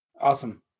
Awesome